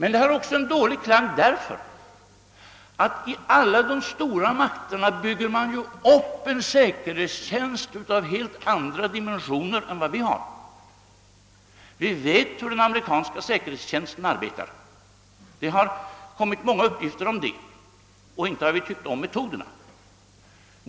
Ordet har dålig klang också därför att man i de stora staterna bygger upp en säkerhetstjänst av helt andra dimensioner än vår. Vi vet ju hur den amerikanska säkerhetstjänsten arbetar. Det finns många uppgifter om det. Och inte tycker vi om metoderna.